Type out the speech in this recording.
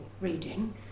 reading